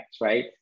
right